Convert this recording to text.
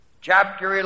chapter